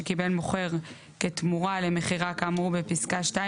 שקיבל מוכר כתמורה למכירה כאמור בפסקה (2),